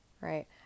right